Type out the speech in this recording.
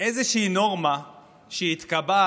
איזושהי נורמה שהתקבעה